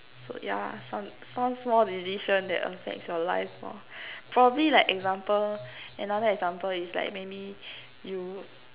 so yeah some some small decision that affects your life lor probably like example another example is like maybe you